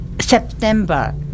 September